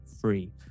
free